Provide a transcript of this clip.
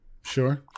sure